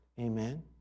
amen